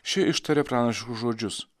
ši ištarė pranašiškus žodžius